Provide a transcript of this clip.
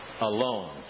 Alone